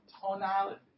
tonality